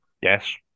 Yes